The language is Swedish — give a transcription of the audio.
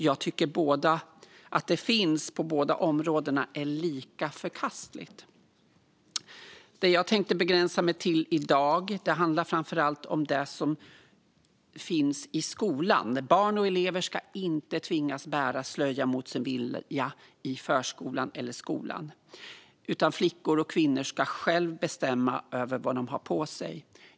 Jag tycker att det är lika förkastligt att det finns på båda områdena. Det jag tänkte begränsa mig till i dag handlar framför allt om det som finns i skolan. Barn och elever ska inte tvingas bära slöja mot sin vilja i förskolan eller skolan, utan flickor och kvinnor ska själva bestämma över vad de har på sig.